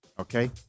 Okay